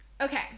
Okay